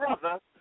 brother